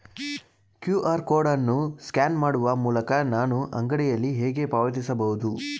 QR code ಅನ್ನು scan ಮಾಡುವ ಮೂಲಕ ನಾನು ಅಂಗಡಿಯಲ್ಲಿ ಹೇಗೆ ಪಾವತಿಸಬಹುದು?